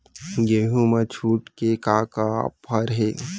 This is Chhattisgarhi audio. गेहूँ मा छूट के का का ऑफ़र हे?